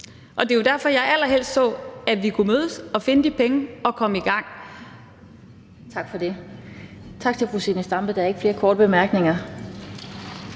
og det er derfor, jeg allerhelst så, at vi kunne mødes og finde de penge og komme i gang. Kl. 17:48 Den fg. formand (Annette Lind): Tak til fru Zenia Stampe. Der er ikke flere korte bemærkninger.